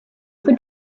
for